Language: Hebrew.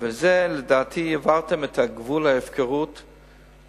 בזה לדעתי עברתם את גבול ההפקרות,